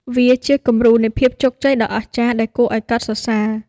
វាជាគំរូនៃភាពជោគជ័យដ៏អស្ចារ្យដែលគួរឱ្យកោតសរសើរ។